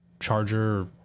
charger